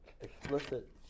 explicit